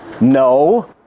No